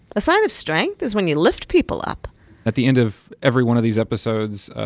a sign of strength is when you lift people up at the end of every one of these episodes,